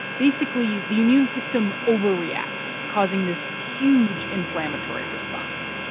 basically, the immune system overreacts, causing this huge inflammatory response.